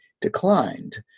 declined